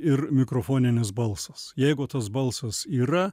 ir mikrofoninis balsas jeigu tas balsas yra